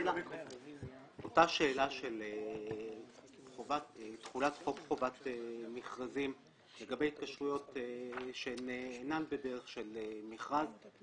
שאלה של תחולת חוק חובת מכרזים לגבי התקשרויות שאינן בדרך כל מכרז,